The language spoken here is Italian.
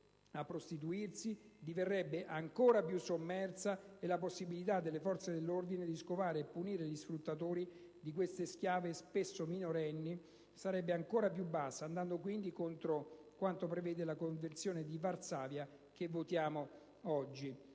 a prostituirsi diverrebbero ancora più sommerse e la possibilità per le forze dell'ordine di scovare e punire gli sfruttatori di queste schiave, spesso minorenni, sarebbe ancora più bassa, andando quindi contro quanto prevede la Convenzione di Varsavia la cui